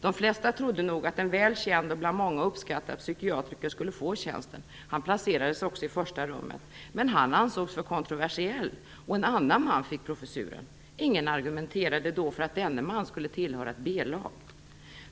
De flesta trodde att en väl känd och bland många uppskattad psykiatriker skulle få tjänsten, och han placerades också i första rummet. Men han ansågs för kontroversiell och en annan man fick professuren. Ingen argumenterade för att denna man skulle tillhöra ett B-lag.